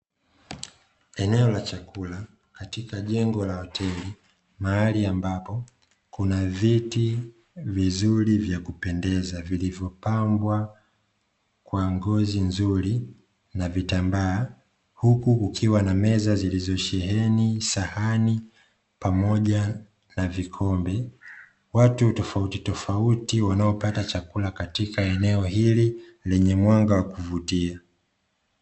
Eneo la chakula katika jengo la hoteli mahali ambapo kuna viti vizuri vya kupendeza vilivyopambwa kwa ngozi nzuri na vitambaa; huku kukiwa na meza zilizosheheni sahani pamoja na vikombe; watu tofautitofauti wanaopata chakula katika eneo hili lenye mwanga wa kuvutia.